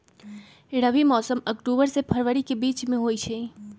रबी मौसम अक्टूबर से फ़रवरी के बीच में होई छई